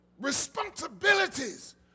Responsibilities